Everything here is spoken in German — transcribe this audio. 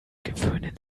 gewöhnen